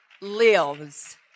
lives